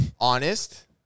Honest